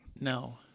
No